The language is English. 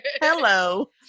Hello